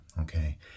okay